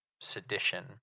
sedition